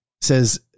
Says